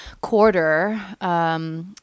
quarter